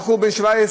בחור בן 17,